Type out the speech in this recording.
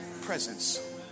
presence